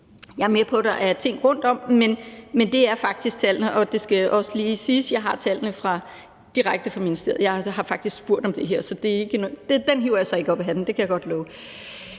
Jeg er med på, der er ting rundt om det, men det er faktisk tallene, og det skal også lige siges, at jeg har tallene direkte fra ministeriet; jeg har faktisk spurgt om det her, så dem hiver jeg så ikke op af hatten – det kan jeg godt love.